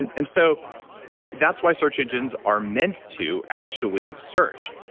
and and so that's why search engines are meant to actually search,